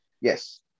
Yes